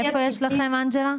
איפה יש לכם אנג'לה?